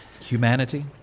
Humanity